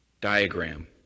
diagram